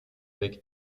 avec